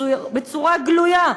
בצורה גלויה,